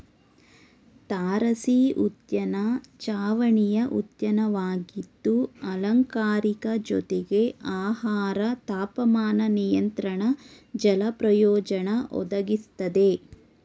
ತಾರಸಿಉದ್ಯಾನ ಚಾವಣಿಯ ಉದ್ಯಾನವಾಗಿದ್ದು ಅಲಂಕಾರಿಕ ಜೊತೆಗೆ ಆಹಾರ ತಾಪಮಾನ ನಿಯಂತ್ರಣ ಜಲ ಪ್ರಯೋಜನ ಒದಗಿಸ್ತದೆ